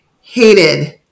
hated